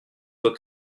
soit